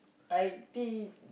I think